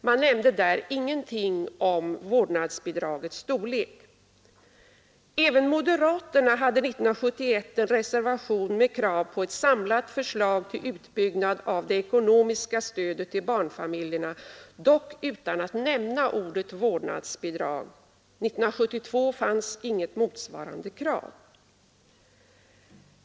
Man nämnde där ingenting om vårdnadsbidragets storlek. Även moderaterna hade 1971 en reservation med krav på ett samlat förslag till utbyggnad av det ekonomiska stödet till barnfamiljerna, dock utan att nämna ordet vårdnadsbidrag. År 1972 förekom inte något motsvarande krav.